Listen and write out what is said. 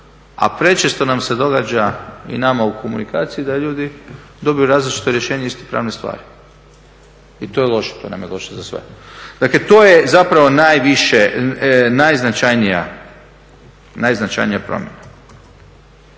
A prečesto nam se događa i nama u komunikaciji da ljudi dobiju različito rješenje iste pravne stvari. I to je loše, to nam je loše za sve. Dakle to je zapravo najviše, najznačajnija promjena.